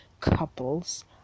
couples